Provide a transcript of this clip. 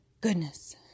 goodness